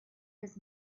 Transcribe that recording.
his